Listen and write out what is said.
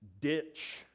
ditch